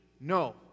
no